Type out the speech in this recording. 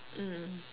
mm